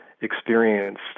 experienced